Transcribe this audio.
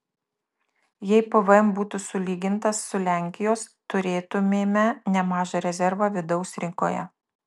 jei pvm būtų sulygintas su lenkijos turėtumėme nemažą rezervą vidaus rinkoje